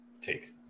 take